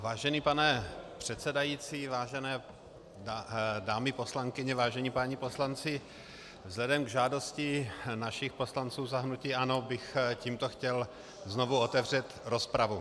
Vážený pane předsedající, vážené dámy poslankyně, vážení páni poslanci, vzhledem k žádosti našich poslanců za hnutí ANO bych tímto chtěl znovu otevřít rozpravu.